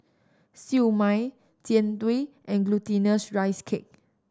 Siew Mai Jian Dui and Glutinous Rice Cake